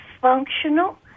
functional